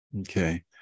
Okay